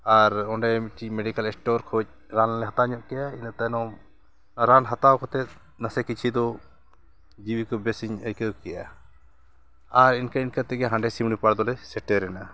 ᱟᱨ ᱚᱸᱰᱮ ᱢᱤᱫᱴᱤᱡ medical store ᱠᱷᱚᱱ ᱨᱟᱱ ᱞᱮ ᱦᱟᱛᱟᱣ ᱧᱚᱜ ᱠᱮᱜᱼᱟ ᱤᱱᱟᱹ ᱛᱟᱭᱚᱢ ᱨᱟᱱ ᱦᱟᱛᱟᱣ ᱠᱟᱛᱮᱫ ᱱᱟᱥᱮ ᱠᱤᱪᱷᱩ ᱫᱚ ᱡᱤᱣᱤ ᱠᱚ ᱵᱮᱥᱮᱧ ᱟᱹᱭᱠᱟᱹᱣ ᱠᱮᱜᱼᱟ ᱟᱨ ᱤᱱᱠᱟᱹ ᱤᱱᱠᱟᱹ ᱛᱮᱜᱮ ᱦᱟᱸᱰᱮ ᱥᱤᱢᱲᱤ ᱯᱟᱲ ᱫᱚᱞᱮ ᱥᱮᱴᱮᱨ ᱮᱱᱟ